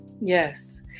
Yes